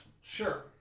sure